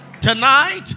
tonight